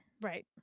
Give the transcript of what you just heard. Right